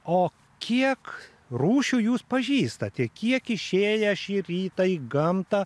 o kiek rūšių jūs pažįstate kiek išėję šį rytą į gamtą